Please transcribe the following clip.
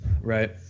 Right